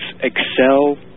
excel